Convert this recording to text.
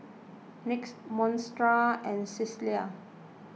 Litzy Montserrat and Cecelia